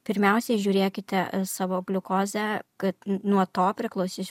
pirmiausiai žiūrėkite savo gliukozę kad nuo to priklausys